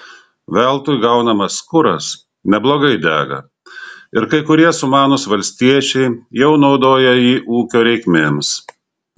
veltui gaunamas kuras neblogai dega ir kai kurie sumanūs valstiečiai jau naudoja jį ūkio reikmėms